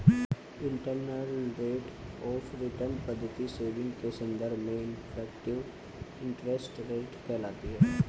internal rate of return पद्धति saving के संदर्भ में इफेक्टिव इंटरेस्ट रेट कहलाती है